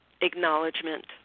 acknowledgement